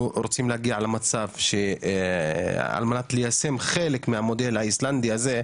אנחנו רוצים להגיע למצב שעל מנת ליישם חלק מהמודל האיסלנדי הזה,